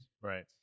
Right